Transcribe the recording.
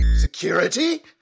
Security